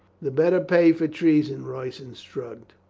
the better pay for treason, royston shrugged.